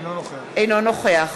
אינו נוכח